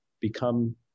become